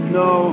no